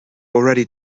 already